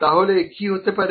তাহলে কি হতে পারে